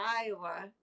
Iowa